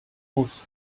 muss